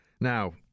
Now